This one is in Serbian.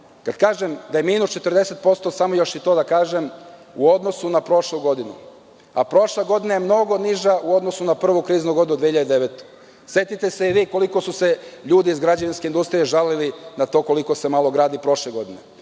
da kažem da je minus 40% u odnosu na prošlu godinu, a prošla godina je mnogo niža u odnosu na prvu kriznu godinu 2009. godine. Setite se i vi koliko su se ljudi iz građevinske industrije žalili na to koliko se malo gradi prošle godine.